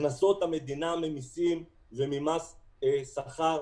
הכנסות המדינה ממסים וממס שכר